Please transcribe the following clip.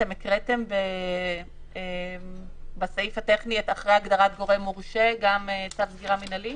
קראתם בסעיף הטכני אחרי הגדרת "גורם מורשה" גם "צו סגירה מינהלי"?